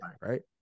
Right